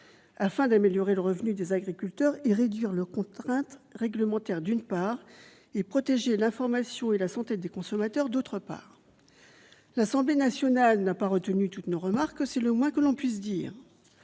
afin d'améliorer le revenu des agriculteurs et de réduire leurs contraintes réglementaires, d'une part, et de protéger l'information et la santé des consommateurs, d'autre part. L'Assemblée nationale n'a pas retenu toutes nos remarques, c'est le moins que l'on puisse dire.